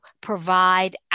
provide